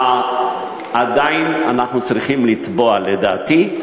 עדיין אנחנו צריכים לתבוע, לדעתי,